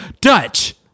Dutch